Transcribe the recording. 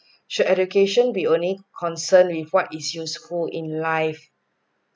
should education be only concerned with what is useful in life